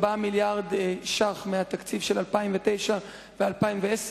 מיליארד שקל מהתקציב של 2009 ו-2010.